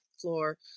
floor